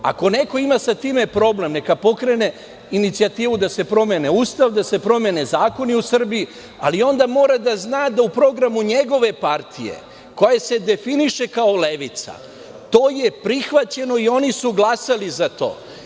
Ako neko ima sa tim problem, neka pokrene inicijativu da se promeni Ustavu, da se promene zakoni u Srbiji, ali onda mora da zna da je u programu njegove partije koja se definiše kao levica to prihvaćeno i oni su glasali za to.